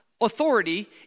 authority